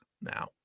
now